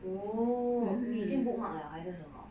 oo 你已经 bookmark 了还是什么